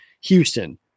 Houston